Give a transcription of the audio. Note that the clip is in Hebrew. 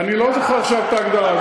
אני לא זוכר עכשיו את ההגדרה.